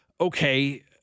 Okay